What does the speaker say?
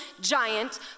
giant